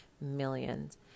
millions